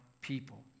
people